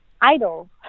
Idle